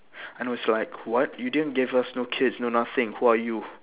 and also like what you didn't give us no keys no nothing who are you